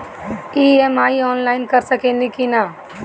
EMI online कर सकेनी की ना?